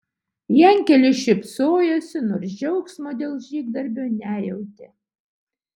jankelis šypsojosi nors džiaugsmo dėl žygdarbio nejautė